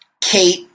Kate